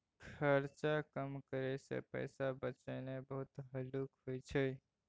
खर्चा कम करइ सँ पैसा बचेनाइ बहुत हल्लुक होइ छै